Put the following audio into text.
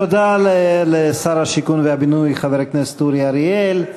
תודה לשר השיכון והבינוי חבר הכנסת אורי אריאל.